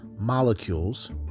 molecules